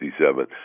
1967